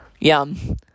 Yum